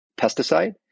pesticide